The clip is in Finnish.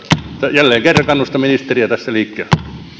jälleen kerran kannustan ministeriä tässä liikkeelle